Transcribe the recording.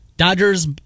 Dodgers